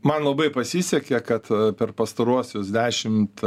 man labai pasisekė kad per pastaruosius dešimt